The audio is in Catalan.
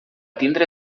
tindre